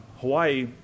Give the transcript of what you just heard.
Hawaii